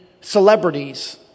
celebrities